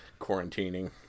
quarantining